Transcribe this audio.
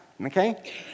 okay